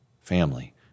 family